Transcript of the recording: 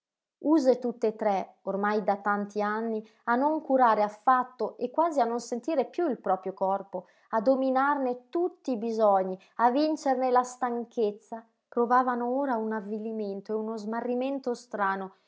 use tutte e tre ormai da tanti anni a non curare affatto e quasi a non sentire piú il proprio corpo a dominarne tutti i bisogni a vincerne la stanchezza provavano ora un avvilimento e uno smarrimento strano